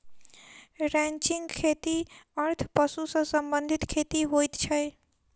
ranching खेतीक अर्थ पशु सॅ संबंधित खेती होइत अछि